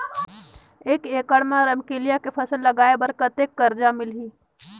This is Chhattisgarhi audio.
एक एकड़ मा रमकेलिया के फसल लगाय बार कतेक कर्जा मिलही?